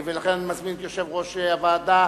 ולכן אני מזמין את יושב-ראש הוועדה